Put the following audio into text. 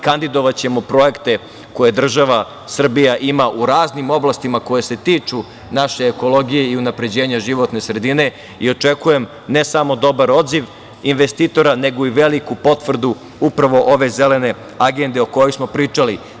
Kandidovaćemo projekte koje država Srbija ima u raznim oblastima koje se tiču naše ekologije i unapređenja životne sredine i očekujem ne samo dobar odziv investitora, nego i veliku potvrdu upravo ove Zelene agende o kojoj smo pričali.